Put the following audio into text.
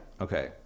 Okay